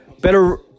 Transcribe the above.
better